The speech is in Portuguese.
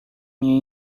minha